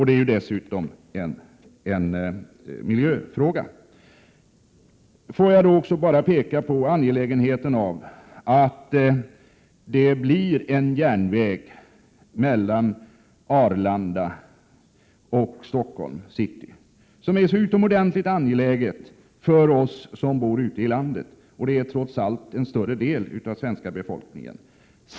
Det handlar dessutom om en miljöfråga. Jag vill också peka på angelägenheten av att det blir en järnväg mellan Arlanda och Stockholms city. Det är mycket angeläget för oss som bor ute i landet, och vi är trots allt en större del av svenska folket.